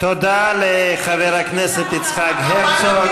תודה לחבר הכנסת יצחק הרצוג.